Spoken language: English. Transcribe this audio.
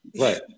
Right